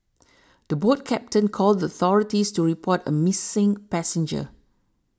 the boat captain called the authorities to report a missing passenger